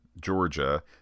georgia